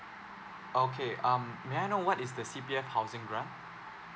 okay um may I know what is the C_P_F housing grant